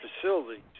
facilities